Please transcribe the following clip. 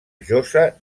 josa